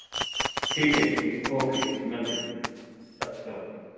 ਠੀਕ ਹੈ ਜੀ ਠੀਕ ਓਕੇ ਜੀ ਓਕੇ ਜੀ ਮਿਲਦੇ ਹਾਂ ਜੀ ਸਤਿ ਸ਼੍ਰੀ ਅਕਾਲ ਜੀ